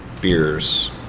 beers